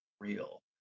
real